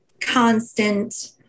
constant